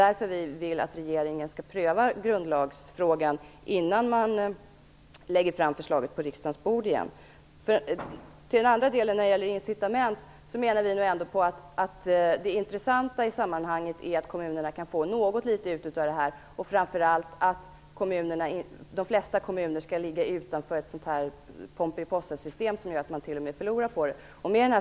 Därför vill vi att regeringen skall pröva grundlagsfrågan innan man lägger fram förslaget på riksdagens bord igen. I frågan om utjämningssystemet menar vi att det intressanta i sammanhanget är att kommunerna faktiskt kan få ut något litet av det hela och framför allt att de flesta kommuner skall ligga utanför ett Pomperipossasystem som gör att de t.o.m. förlorar på det.